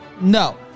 No